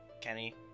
Kenny